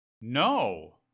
No